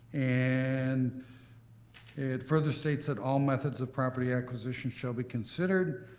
and it further states that all methods of property acquisitions shall be considered,